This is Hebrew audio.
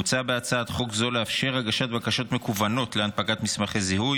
מוצע בהצעת חוק זו לאפשר הגשת בקשות מקוונות להנפקת מסמכי זיהו,